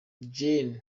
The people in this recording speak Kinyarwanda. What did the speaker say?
gen